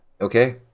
Okay